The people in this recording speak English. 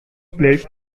plays